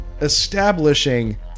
establishing